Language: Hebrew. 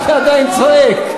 מה אתה עדיין צועק?